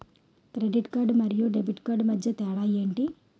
Credit card మరియు debit card మధ్య తేడా ఎంటి?